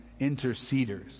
interceders